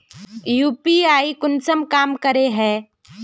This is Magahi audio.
यु.पी.आई कुंसम काम करे है?